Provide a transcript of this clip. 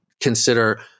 consider